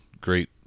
great